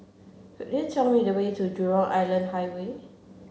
could you tell me the way to Jurong Island Highway